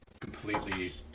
completely